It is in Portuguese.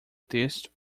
texto